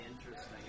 interesting